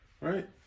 right